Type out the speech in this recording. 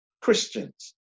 Christians